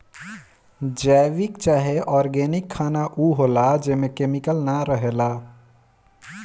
जैविक चाहे ऑर्गेनिक खाना उ होला जेमे केमिकल ना रहेला